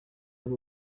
ari